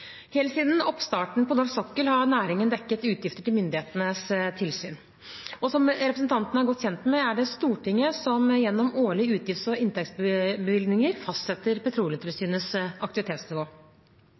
Helt siden oppstarten på norsk sokkel har næringen dekket utgifter til myndighetenes tilsyn. Og som representanten er godt kjent med, er det Stortinget som gjennom årlige utgifts- og inntektsbevilgninger fastsetter